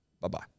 Bye-bye